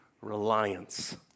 reliance